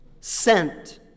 sent